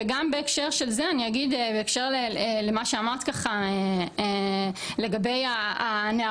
וגם בהקשר של זה אני אגיד בהקשר למה שאמרת ככה לגבי הנערות